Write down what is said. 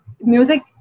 music